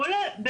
הוא עולה,